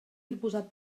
proposat